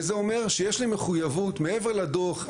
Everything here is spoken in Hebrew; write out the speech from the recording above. וזה אומר שיש לי מחויבות מעבר לדו"ח,